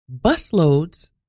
busloads